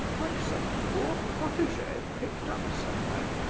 like some poor protege picked up somewhere,